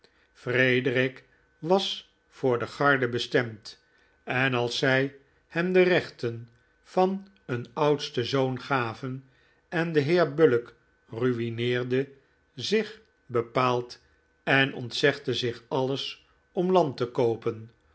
frederic was voor de garde bestemd en als zij hem de rechten van een oudsten zoon gaven en de heer bullock ruineerde zich bepaald en ontzegde zich alles om land te koopen